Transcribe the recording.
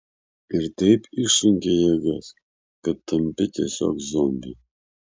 ir taip išsunkia jėgas kad tampi tiesiog zombiu